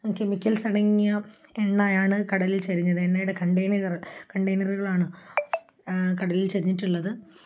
chemicals അടങ്ങിയ എണ്ണയാണ് കടലിൽ ചെരിഞ്ഞത് എണ്ണയുടെ കണ്ടെയ്നറുകളാണ് കടലിൽ ചെരിഞ്ഞിട്ടുള്ളത്